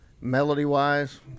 melody-wise